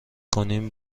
کنیم